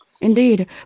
Indeed